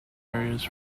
areas